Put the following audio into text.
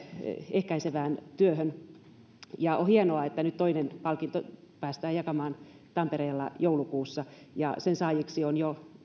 ehkäisevään työhön on hienoa että nyt toinen palkinto päästään jakamaan tampereella joulukuussa ja sen saajiksi on jo